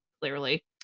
clearly